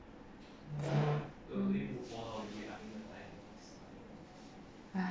but